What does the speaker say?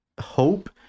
hope